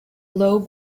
low